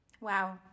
Wow